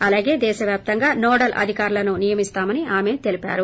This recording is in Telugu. అలాగే దేశ వ్యాప్తంగా నోడల్ అధికారులను నియమిస్తామని ఆమె తెలిపారు